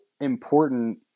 important